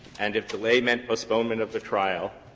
and if delay meant postponement of the trial,